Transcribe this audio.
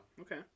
Okay